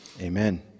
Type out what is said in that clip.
Amen